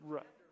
Right